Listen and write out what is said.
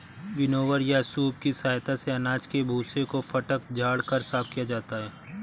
winnower या सूप की सहायता से अनाज के भूसे को फटक झाड़ कर साफ किया जाता है